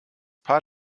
paar